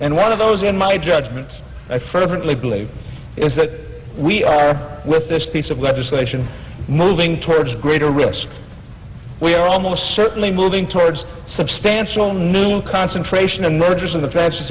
and one of those in my judgment i fervently believe is that we are with this piece of legislation moving towards greater risk we are almost certainly moving towards substantial new concentration of mergers in the